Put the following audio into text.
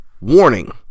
Warning